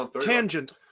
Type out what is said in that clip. Tangent